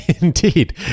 Indeed